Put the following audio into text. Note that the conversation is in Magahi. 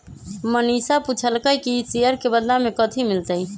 मनीषा पूछलई कि ई शेयर के बदला मे कथी मिलतई